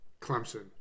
Clemson